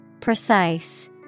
Precise